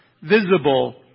visible